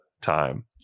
time